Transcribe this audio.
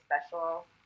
special